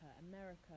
America